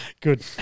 Good